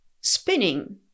Spinning